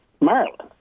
Maryland